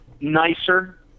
nicer